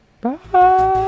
bye